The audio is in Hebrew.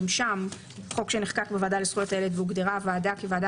גם הוא חוק שנחקק בוועדה לזכויות הילד והוגדרה הוועדה כוועדה